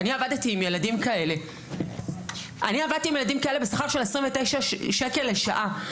עבדתי עם ילדים כאלה בשכר של 29 שקלים לשעה.